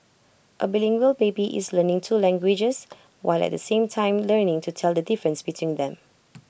A bilingual baby is learning two languages while at the same time learning to tell the difference between them